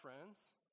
friends